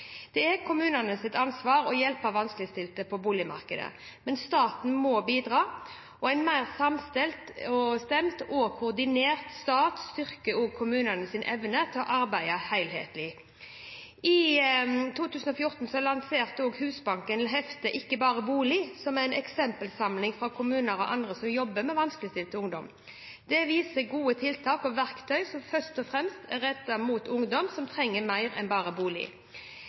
Det er kommunenes ansvar å hjelpe vanskeligstilte på boligmarkedet. Men staten må bidra. En mer samstemt og koordinert stat styrker også kommunenes evne til å arbeide helhetlig. I 2014 lanserte Husbanken heftet Ikke bare bolig, som er en eksempelsamling for kommuner og andre som jobber med vanskeligstilt ungdom. Denne viser gode tiltak og verktøy som først og fremst er rettet mot ungdom som trenger mer enn bare bolig.